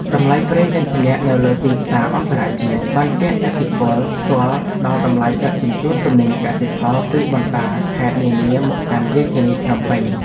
តម្លៃប្រេងឥន្ធនៈនៅលើទីផ្សារអន្តរជាតិបានជះឥទ្ធិពលផ្ទាល់ដល់តម្លៃដឹកជញ្ជូនទំនិញកសិផលពីបណ្តាខេត្តនានាមកកាន់រាជធានីភ្នំពេញ។